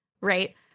right